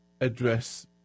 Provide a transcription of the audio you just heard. address